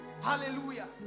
hallelujah